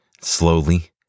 slowly